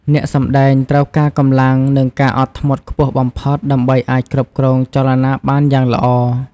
អ្នកសម្តែងត្រូវការកម្លាំង និងការអត់ធ្មត់ខ្ពស់បំផុត ដើម្បីអាចគ្រប់គ្រងចលនាបានយ៉ាងល្អ។